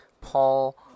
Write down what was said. Paul